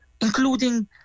including